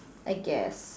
I guess